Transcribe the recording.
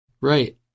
Right